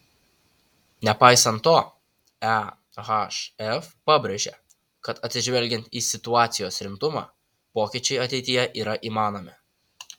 nepaisant to ehf pabrėžė kad atsižvelgiant į situacijos rimtumą pokyčiai ateityje yra įmanomi